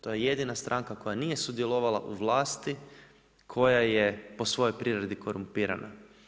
To je jedina stranka koja nije sudjelovala u vlasti, koja je po svojoj prirodi korumpirana.